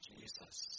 Jesus